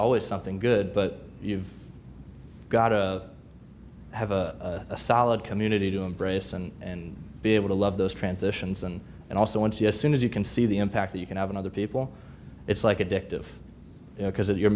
always something good but you've got to have a solid community to embrace and be able to love those transitions and and also once yes soon as you can see the impact that you can have another people it's like addictive because if you're